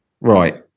Right